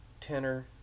tenor